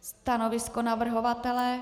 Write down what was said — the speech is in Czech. Stanovisko navrhovatele?